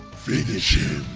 finish